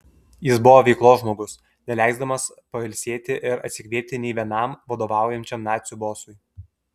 jis buvo veiklos žmogus neleisdamas pailsėti ir atsikvėpti nei vienam vadovaujančiam nacių bosui